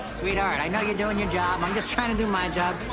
sweetheart, i know you're doin' your job. i'm just tryin' to do my job.